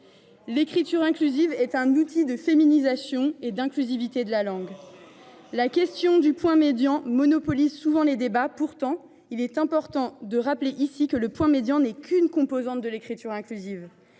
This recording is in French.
L’écriture inclusive est un outil de féminisation et d’inclusivité de la langue. La question du point médian monopolise souvent les débats. Pourtant, il est important de rappeler ici qu’il n’est qu’une composante de l’écriture inclusive.